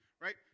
right